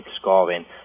scoring